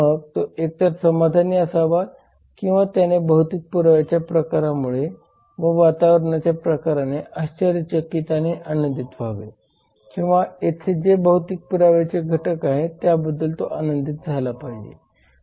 मग तो एकतर समाधानी असावा किंवा त्याने भौतिक पुराव्याच्या प्रकारामुळे व वातावरणाच्या प्रकाराने आश्चर्यचकित आणि आनंदित व्हावे किंवा येथे जे भौतिक पुराव्याचे घटक आहेत त्याबद्दल तो आनंदी झाला पाहिजे